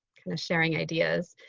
kind of sharing ideas.